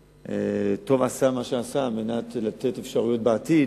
וטוב שעשה מה שעשה על מנת לתת אפשרויות בעתיד